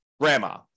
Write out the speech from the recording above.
grandma